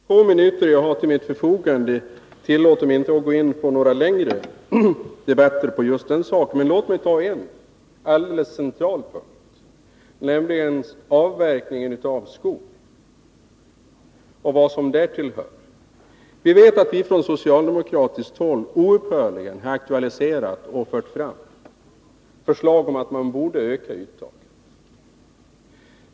Herr talman! De få minuter som jag har till mitt förfogande tillåter mig inte att gå in på några längre diskussioner. Låt mig emellertid beröra en alldeles central punkt, nämligen avverkningen av skog och vad som därtill hör. Från socialdemokratiskt håll har vi oupphörligen fört fram förslag om att man borde öka uttaget.